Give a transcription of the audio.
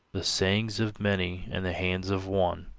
the savings of many in the hands of one.